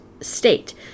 state